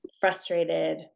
frustrated